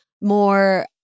more